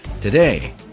Today